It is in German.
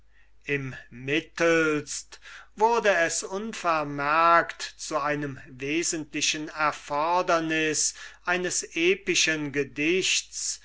würde immittelst wurde es unvermerkt zu einem wesentlichen requisit eines epischen gedichts